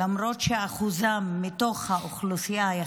למרות אחוזם היחסי בתוך האוכלוסייה,